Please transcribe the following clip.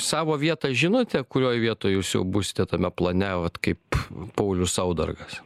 savo vietą žinote kurioj vietoj jūs jau būsite tame plane vat kaip paulius saudargas